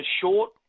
short